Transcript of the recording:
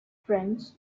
french